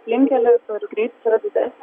aplinkelis kur greitis yra didesnis